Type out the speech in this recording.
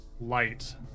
light